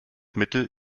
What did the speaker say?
mittel